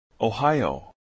Ohio